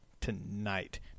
tonight